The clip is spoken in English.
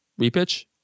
Repitch